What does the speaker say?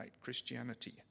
Christianity